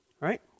Right